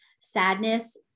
sadness